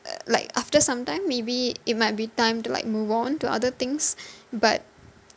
uh like after some time maybe it might be time to like move on to other things but